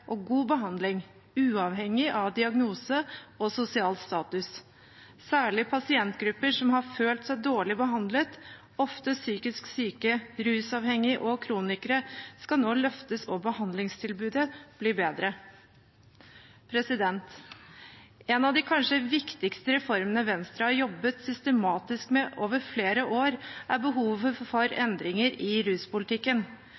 og god behandling, uavhengig av diagnose og sosial status. Særlig pasientgrupper som har følt seg dårlig behandlet, ofte psykisk syke, rusavhengige og kronikere, skal nå løftes, og behandlingstilbudet skal bli bedre. En av de kanskje viktigste reformene Venstre har jobbet systematisk med over flere år, er behovet for